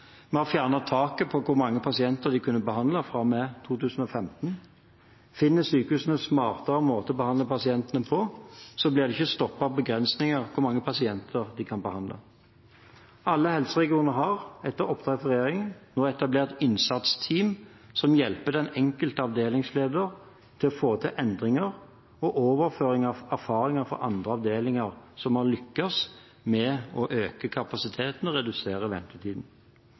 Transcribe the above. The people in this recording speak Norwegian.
Vi har fjernet taket på hvor mange pasienter de kunne behandle fra og med 2015. Finner sykehusene smartere måter å behandle pasientene på, blir de ikke stoppet av begrensninger på hvor mange pasienter de kan behandle. Alle helseregioner har etter oppdrag fra regjeringen nå etablert innsatsteam som hjelper den enkelte avdelingsleder til å få til endringer og overføre erfaringer fra andre avdelinger som har lyktes med å øke kapasiteten og redusere ventetiden.